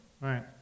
Right